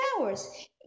hours